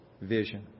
vision